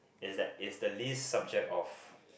is that is the least subject of